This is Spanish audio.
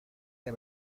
del